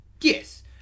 Yes